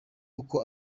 uko